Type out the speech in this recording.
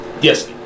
yes